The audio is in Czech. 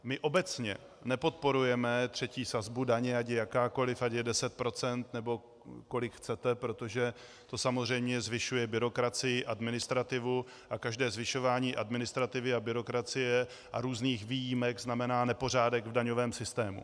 My obecně nepodporujeme třetí sazbu daně, ať je jakákoliv, ať je 10 %, nebo kolik chcete, protože to samozřejmě zvyšuje byrokracii, administrativu a každé zvyšování administrativy a byrokracie a různých výjimek znamená nepořádek v daňovém systému.